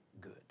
good